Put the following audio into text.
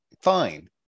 fine